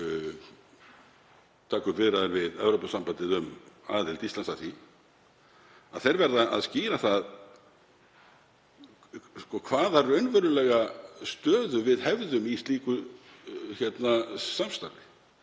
taka upp viðræður við Evrópusambandið um aðild Íslands að því. Þeir verða þá að skýra það hvaða raunverulegu stöðu við hefðum í slíku samstarfi.